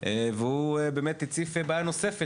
הוא באמת הציף בעיה נוספת,